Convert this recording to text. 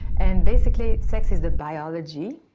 and basically sex is the biology,